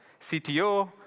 CTO